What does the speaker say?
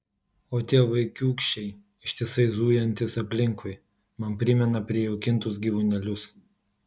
o tie vaikiūkščiai ištisai zujantys aplinkui man primena prijaukintus gyvūnėlius